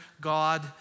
God